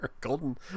golden